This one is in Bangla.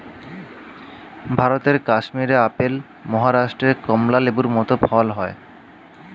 ভারতের কাশ্মীরে আপেল, মহারাষ্ট্রে কমলা লেবুর মত ফল হয়